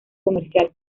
comercial